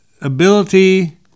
ability